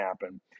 happen